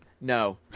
no